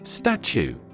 Statue